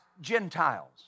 Gentiles